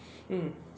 mm